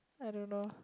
I don't know